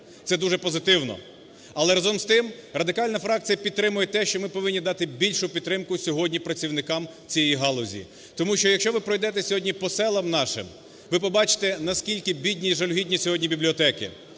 це дуже позитивно. Але разом з тим, Радикальна фракція підтримує те, що ми повинні дати більшу підтримку сьогодні працівникам цієї галузі. Тому що, якщо ви пройдете сьогодні по селам нашим, ви побачите наскільки бідні і жалюгідні сьогодні бібліотеки,